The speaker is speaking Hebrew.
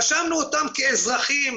רשמנו אותם כאזרחים.